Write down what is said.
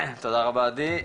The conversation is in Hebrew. תודה רבה עדי,